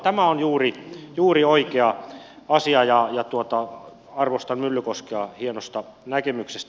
tämä on juuri oikea asia ja arvostan myllykoskea hienosta näkemyksestä